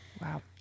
Wow